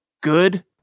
good